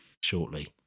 shortly